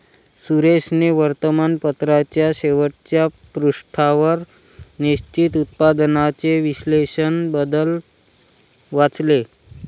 सुरेशने वर्तमानपत्राच्या शेवटच्या पृष्ठावर निश्चित उत्पन्नाचे विश्लेषण बद्दल वाचले